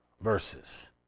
verses